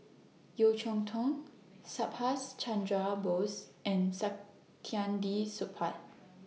Yeo Cheow Tong Subhas Chandra Bose and Saktiandi Supaat